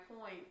point